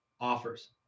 offers